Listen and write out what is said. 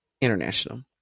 international